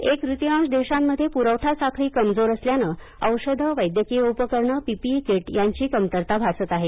एक तृतीयांश देशांमध्ये पुरवठा साखळी कमजोर असल्यानं औषधं वैद्यकीय उपकरणं पीपीई कीट यांची कमतरता भासत आहे